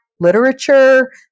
literature